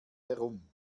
herum